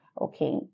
okay